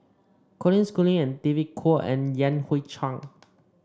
Colin Schooling and David Kwo and Yan Hui Chang